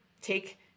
take